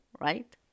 right